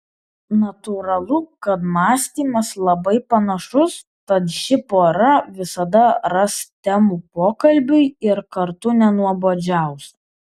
natūralu kad mąstymas labai panašus tad ši pora visada ras temų pokalbiui ir kartu nenuobodžiaus